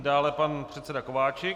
Dále pan předseda Kováčik.